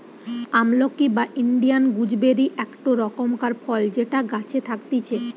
আমলকি বা Indian gooseberry একটো রকমকার ফল যেটা গাছে থাকতিছে